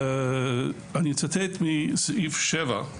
אצטט מסעיף 7,